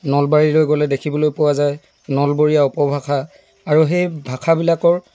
নলবাৰীলৈ গ'লে দেখিবলৈ পোৱা যায় নলবৰীয়া উপভাষা আৰু সেই ভাষাবিলাকৰ